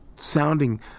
sounding